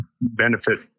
benefit